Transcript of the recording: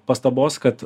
pastabos kad